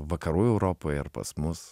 vakarų europoj ar pas mus